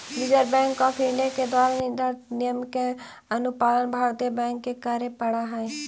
reserve bank of India के द्वारा निर्धारित नियम के अनुपालन भारतीय बैंक के करे पड़ऽ हइ